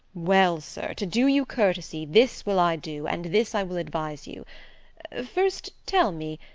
well, sir, to do you courtesy, this will i do, and this i will advise you first, tell me,